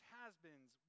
has-beens